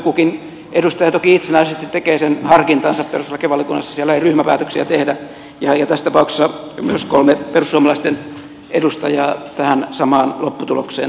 kukin edustaja toki itsenäisesti tekee sen harkintansa perustuslakivaliokunnassa siellä ei ryhmäpäätöksiä tehdä ja tässä tapauksessa myös kolme perussuomalaisten edustajaa tähän samaan lopputulokseen päätyi